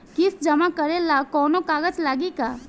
किस्त जमा करे ला कौनो कागज लागी का?